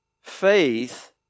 Faith